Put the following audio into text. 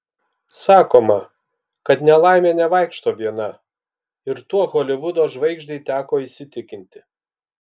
sakoma kad nelaimė nevaikšto viena ir tuo holivudo žvaigždei teko įsitikinti